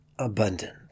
Abundant